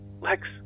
Lex